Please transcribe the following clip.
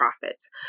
profits